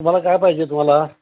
तुम्हाला काय पाहिजे तुम्हाला